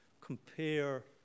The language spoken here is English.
compare